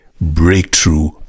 breakthrough